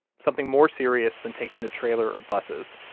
something more serious than taking the trailer or buses,